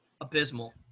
Abysmal